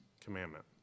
commandment